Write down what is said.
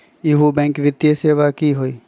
इहु बैंक वित्तीय सेवा की होई?